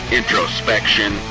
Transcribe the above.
introspection